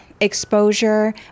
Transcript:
exposure